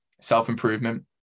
self-improvement